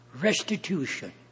restitution